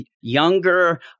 younger